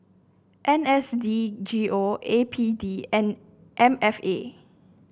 N S D G O A P D and M F A